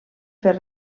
fer